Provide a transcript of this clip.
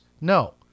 no